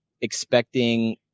Expecting